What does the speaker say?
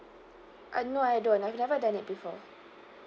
uh no I don't I've never done it before